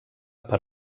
per